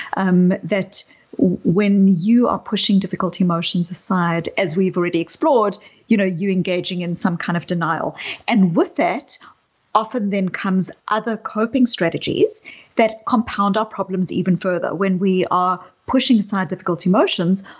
um that when you are pushing difficult emotions aside, as we've already explored you know you're engaging in some kind of denial and with that often then comes other coping strategies that compound our problems even further. when we are pushing aside difficult emotions,